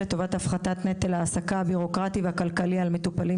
לטובת הפחתת נטל ההעסקה הבירוקרטי והכלכלי על מטופלים